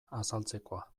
azaltzekoa